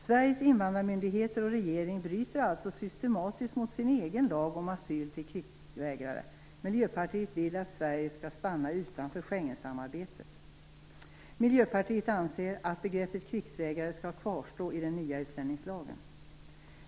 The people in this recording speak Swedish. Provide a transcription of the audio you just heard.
Sveriges invandrarmyndigheter och regering bryter systematiskt mot sin egen lag om asyl till krigsvägrare. Miljöpartiet vill att Sverige skall stanna utanför Schengensamarbetet. Miljöpartiet anser att begreppet krigsvägrare skall kvarstå i den nya utlänningslagen.